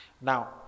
Now